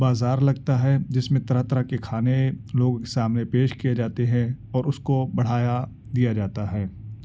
بازار لگتا ہے جس میں طرح طرح کی کھانے لوگوں کے سامنے پیش کیے جاتے ہیں اور اس کو بڑھایا دیا جاتا ہے